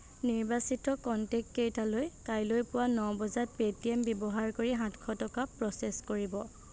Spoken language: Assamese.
নিৰ্বাচিত কনটেক্টকেইটালৈ কাইলৈ পুৱা ন বজাত পে'টিএম ব্যৱহাৰ কৰি সাতশ টকা প্ৰ'চেছ কৰিব